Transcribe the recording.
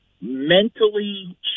mentally